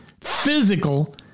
physical